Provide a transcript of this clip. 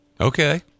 Okay